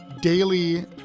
daily